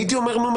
הייתי אומר: נו,